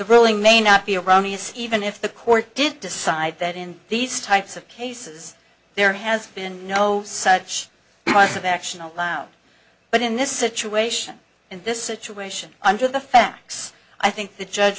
ruling may not be around easy even if the court did decide that in these types of cases there has been no such price of action allowed but in this situation in this situation under the facts i think the judge